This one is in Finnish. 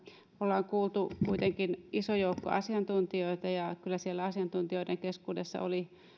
ollaan kuultu kuitenkin iso joukko asiantuntijoita ja kyllä siellä asiantuntijoiden keskuudessa oli se